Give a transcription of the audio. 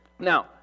Now